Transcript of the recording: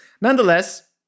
Nonetheless